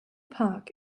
park